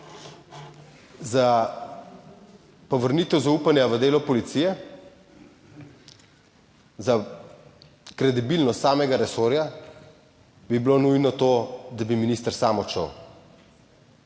za povrnitev zaupanja v delo policije, za kredibilnost samega resorja bi bilo nujno to, da bi minister sam odšel.